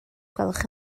gwelwch